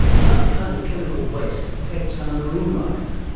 another kind of chemical waste affects our marine life,